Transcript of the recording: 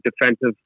defensive